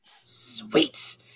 sweet